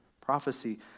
Prophecy